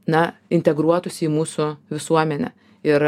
na integruotųsi į mūsų visuomenę ir